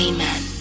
Amen